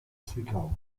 zwickau